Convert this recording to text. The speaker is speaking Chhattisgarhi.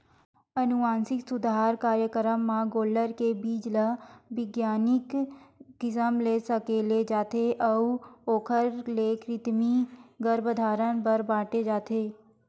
अनुवांसिक सुधार कारयकरम म गोल्लर के बीज ल बिग्यानिक किसम ले सकेले जाथे अउ ओखर ले कृतिम गरभधान बर बांटे जाथे